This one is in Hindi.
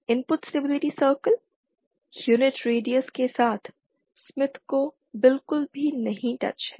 input stability circle unit radius के साथ स्मिथ को बिल्कुल भी नहीं टच है